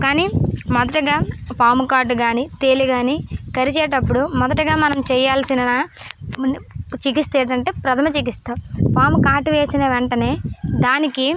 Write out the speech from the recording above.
కానీ మచ్చగా పాముకాటు కాని తేలు కాని కరిచేటప్పుడు మొదటిగా మనం చేయాల్సిన చికిత్స ఏదంటే ప్రథమ చికిత్స పాము కాటు వేసిన వెంటనే దానికి